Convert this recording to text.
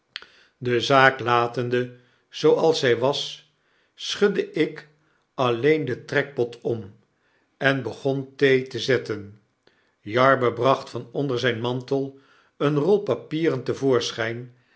de zaak latende zooals zy was schudde ik alleen den trekpot om en begon thee te zetten jarber bracht van onder zyn mantel eene rol papieren